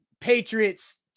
Patriots